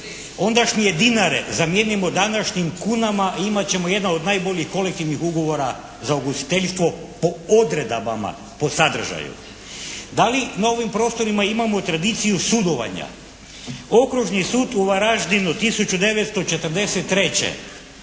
Ondašnje dinare zamijenimo današnjim kunama i imat ćemo jedna od najboljih kolektivnih ugovora za ugostiteljstvo po odredbama po sadržaju. Da li na ovim prostorima imamo tradiciju sudovanja? Okružni sud u Varaždinu 1943.,